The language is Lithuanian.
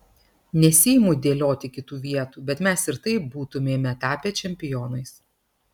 nesiimu dėlioti kitų vietų bet mes ir taip būtumėme tapę čempionais